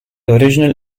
original